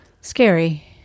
Scary